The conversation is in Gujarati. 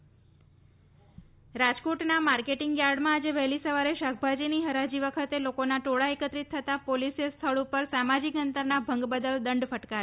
દંડનીય કાર્યવાહી રાજકોટના માર્કેટિંગ યાર્ડમાં આજે વહેલી સવારે શાકભાજીની હરાજી વખતે લોકોનાં ટોળાં એકત્રિત થતાં પોલીસે સ્થળ પર સામાજીક અંતરના ભંગ બદલ દંડ ફટકાર્યો છે